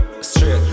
Straight